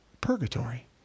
purgatory